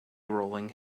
rolling